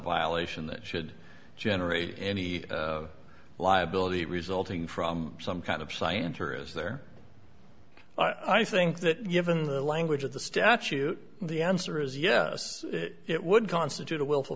violation that should generate any liability resulting from some kind of science or is there i think that given the language of the statute the answer is yes it would constitute a will